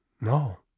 No